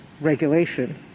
regulation